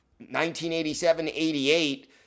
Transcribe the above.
1987-88